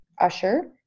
Usher